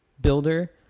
builder